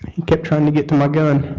he kept trying to get to my gun